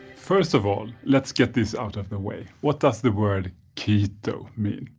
first of all let's get this out of the way. what does the word keto mean?